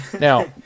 Now